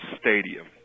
Stadium